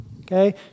Okay